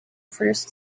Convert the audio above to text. first